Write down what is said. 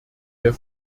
der